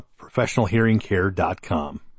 professionalhearingcare.com